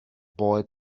boy